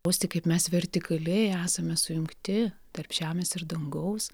jausti kaip mes vertikaliai esame sujungti tarp žemės ir dangaus